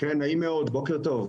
נעים מאוד, בוקר טוב.